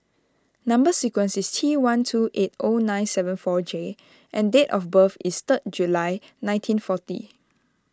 Number Sequence is T one two eight O nine seven four J and date of birth is third July nineteen forty